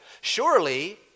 Surely